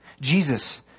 Jesus